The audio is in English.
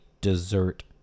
dessert